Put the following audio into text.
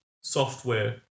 ...software